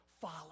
follow